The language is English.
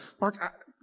Mark